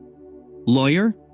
Lawyer